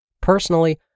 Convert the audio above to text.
Personally